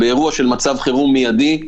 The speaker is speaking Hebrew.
באירוע של מצב חירום מיידי,